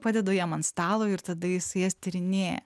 padedu jam ant stalo ir tada jis jas tyrinėja